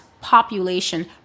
population